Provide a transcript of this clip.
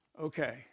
okay